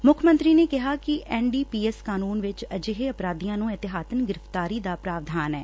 ਮੁੱਖ ਮੰਤਰੀ ਨੇ ਕਿਹੈ ਕਿ ਐਨ ਡੀ ਪੀ ਐਸ ਕਾਨੁੰਨ ਵਿਚ ਅਜਿਹੇ ਅਪਰਾਧੀਆਂ ਦੀ ਇਹਤਿਆਤਣ ਗ੍ਰਿਫਤਾਰੀ ਦਾ ਪ੍ਰਾਵਧਾਨ ਐ